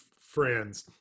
friends